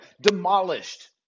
demolished